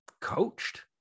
coached